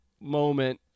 moment